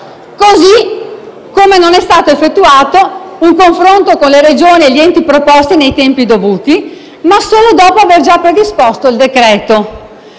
modo, non è stato effettuato un confronto con le Regioni e gli enti preposti nei tempi dovuti, ma solo dopo aver già predisposto il decreto-legge.